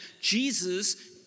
Jesus